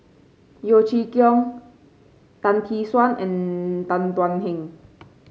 Yeo Chee Kiong Tan Tee Suan and Tan Thuan Heng